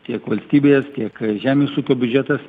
tiek valstybės tiek žemės ūkio biudžetas